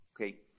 Okay